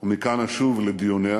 ומכאן אשוב לדיונים.